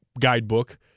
guidebook